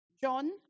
John